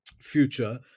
future